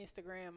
Instagram